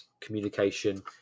communication